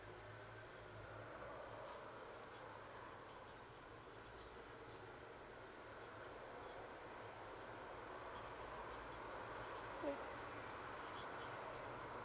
yes